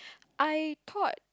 I thought